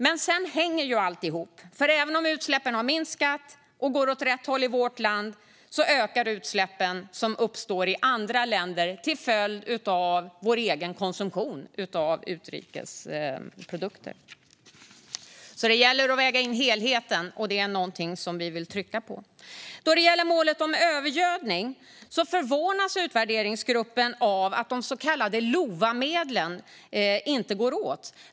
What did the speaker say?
Men allt hänger ju ihop, och även om utsläppen minskar i vårt land ökar utsläppen i andra länder till följd av vår egen konsumtion av utrikes produkter. Det gäller alltså att väga in helheten, vilket vi vill trycka på. Vad gäller målet om övergödning förvånas utvärderingsgruppen av att de så kallade LOVA-medlen inte går åt.